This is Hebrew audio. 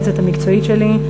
היועצת המקצועית שלי,